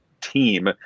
team